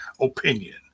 opinion